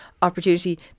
Opportunity